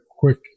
quick